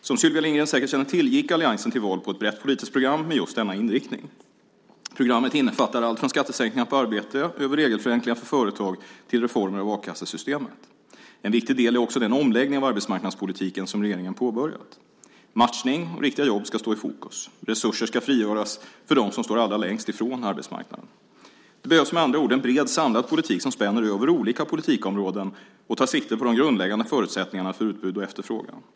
Som Sylvia Lindgren säkert känner till gick alliansen till val på ett brett politiskt program med just denna inriktning. Programmet omfattar allt från skattesänkningar på arbete, över regelförenklingar för företag, till reformer av a-kassesystemet. En viktig del är också den omläggning av arbetsmarknadspolitiken som regeringen har påbörjat. Matchning och riktiga jobb ska stå i fokus. Resurser ska frigöras för dem som står allra längst från arbetsmarknaden. Det behövs med andra ord en bred, samlad politik som spänner över olika politikområden och tar sikte på de grundläggande förutsättningarna för utbud och efterfrågan.